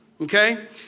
okay